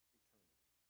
eternity